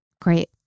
Great